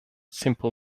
simple